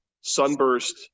sunburst